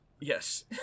yes